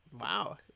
wow